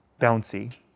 bouncy